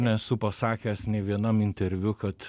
nesu pasakęs nė vienam interviu kad